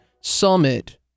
summit